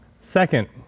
second